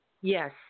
Yes